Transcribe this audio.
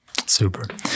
super